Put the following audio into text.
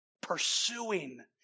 pursuing